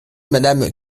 madame